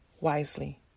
wisely